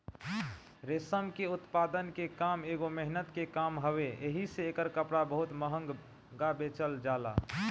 रेशम के उत्पादन के काम एगो मेहनत के काम हवे एही से एकर कपड़ा बहुते महंग बेचल जाला